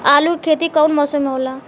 आलू के खेती कउन मौसम में होला?